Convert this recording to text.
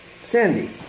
Sandy